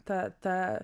ta ta